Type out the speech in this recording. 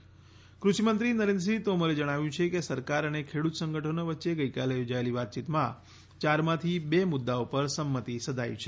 ે કૃષિમંત્રી નરેન્દ્રસિંહ તોમરે જણાવ્યું છે કે સરકાર અને ખેડૂત સંગઠનો વચ્ચે ગઈકાલે યોજાયેલી વાતયીતમાં ચારમાંથી બે મુદ્દાઓ પર સંમતિ સંધાઈ છે